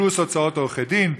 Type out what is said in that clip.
פלוס הוצאות עורכי-דין,